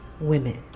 women